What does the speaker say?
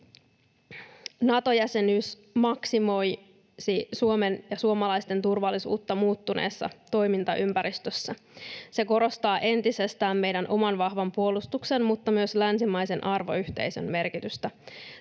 Nato-jäsenyys maksimoisi Suomen ja suomalaisten turvallisuutta muuttuneessa toimintaympäristössä. Se korostaa entisestään meidän oman vahvan puolustuksen mutta myös länsimaisen arvoyhteisön merkitystä.